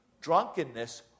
drunkenness